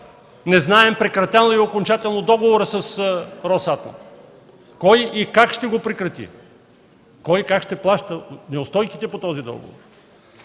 не знаем прекратен ли е окончателно договорът с „Росатом”, кой и как ще го прекрати, кой и как ще плаща неустойките по този договор.